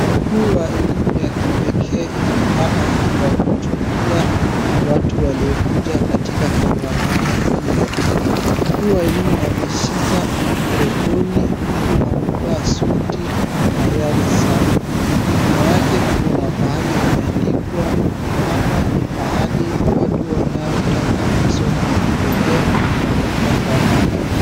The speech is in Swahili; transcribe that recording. Mkuu wa elimu ya kipekee inaonekana akiwahutubia watu waliokuja katika kongamano hilo. Mkuu wa elimu ameshika mikrofoni huku amevaa suti tayari sana. Nyuma yake kuna pahali imeandikwa hapa ni pahali watu wanaotaka masomo ya kipekee, wamekongamana.